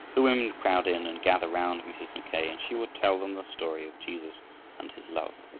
the women would crowd in and gather round mrs. mackay and she would tell them the story of jesus and his love.